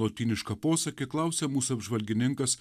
lotynišką posakį klausia mūsų apžvalgininkas